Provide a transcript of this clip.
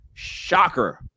Shocker